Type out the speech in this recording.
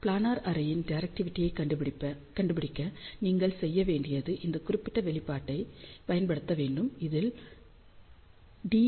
planar அரேயின் டிரெக்டிவிடியை கண்டுபிடிக்க நீங்கள் செய்ய வேண்டியது இந்த குறிப்பிட்ட வெளிப்பாட்டைப் பயன்படுத்த வேண்டும் இதில் டி